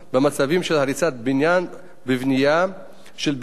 של הריסת הבניין ובנייה של בניין חדש תחתיו,